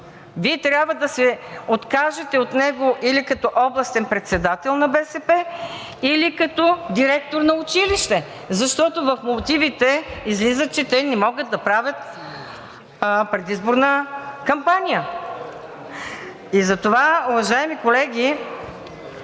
Вие трябва да се откажете от него или като областен председател на БСП, или като директор на училище! Защото в мотивите излиза, че те не могат да правят предизборна кампания. Затова, уважаеми колеги,